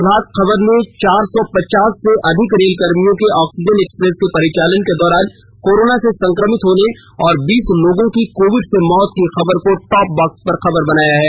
प्रभात खबर ने चार सौ पचास से अधिक रेल कर्मियों के ऑक्सीजन एक्सप्रेस के परिचालन के दौरान कोरोना से संक्रमित होने और बीस लोगों की कोविड से मौत की खबर को टॉप बाक्स खबर बनाया है